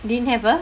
didn't have a